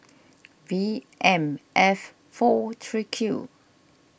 V M F four three Q